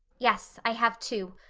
yes, i have two.